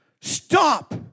Stop